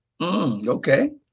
okay